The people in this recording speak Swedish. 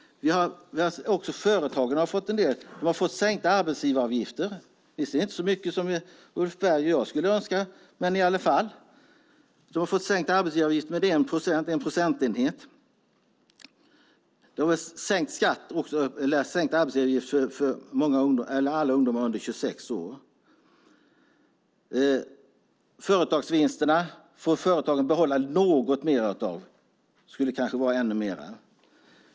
Också företagarna har fått en del, till exempel sänkta arbetsgivaravgifter - visserligen inte med så mycket som Ulf Berg och jag skulle önska, men i alla fall. De har fått sänkta arbetsgivaravgifter med 1 procentenhet. Arbetsgivaravgifterna har också sänkts för alla ungdomar under 26 år. Företagen får behålla något mer av företagsvinsterna. Det borde kanske vara ännu mer.